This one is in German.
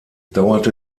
dauerte